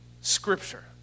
Scripture